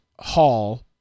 Hall